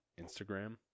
instagram